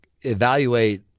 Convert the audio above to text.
evaluate